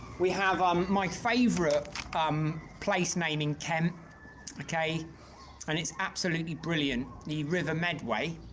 we have on my favorite um place name in kent okay and it's absolutely brilliant the river medway